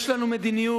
יש לנו מדיניות,